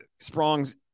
Sprongs